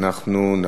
ברשותך,